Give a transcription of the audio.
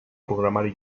programari